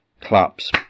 claps